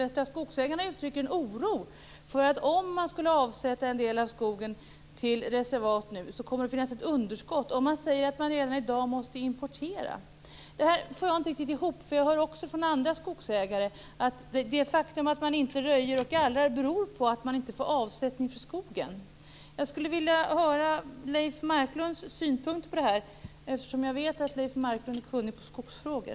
Västra Skogsägarna uttrycker en oro för att det kommer att finnas ett underskott om man avsätter en del av skogen till reservat nu. De säger att de även i dag måste importera. Detta får jag inte riktigt ihop. Jag hör också från andra skogsägare att det faktum att de inte röjer och gallrar beror på att de inte får avsättning för skogen. Jag skulle vilja höra Leif Marklunds synpunkter på detta, eftersom jag vet att han är kunnig i skogsfrågor.